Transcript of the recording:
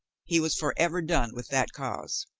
he was for ever done with that cause.